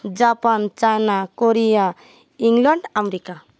Japan China Korea England America